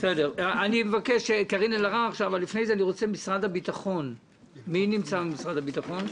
לפני שקארין תדבר אני רוצה לדעת מי נמצא ממשרד הביטחון.